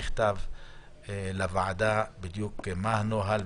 מבקש שהאחראית על זה תמסור בכתב לוועדה בדיוק מה הנוהל.